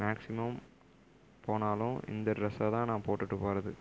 maximum போனாலும் இந்த ட்ரெஸ்ஸை தான் நான் போட்டுகிட்டு போகிறது